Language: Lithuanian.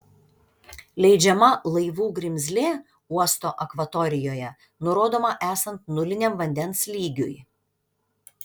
leidžiama laivų grimzlė uosto akvatorijoje nurodoma esant nuliniam vandens lygiui